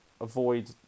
avoid